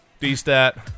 DStat